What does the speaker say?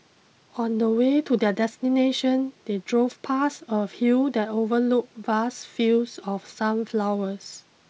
on the way to their destination they drove past a hill that overlooked vast fields of sunflowers